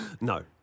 no